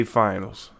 finals